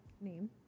Name